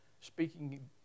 speaking